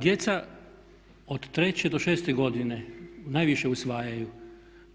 Djeca od treće do šeste godine najviše usvajaju,